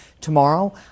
tomorrow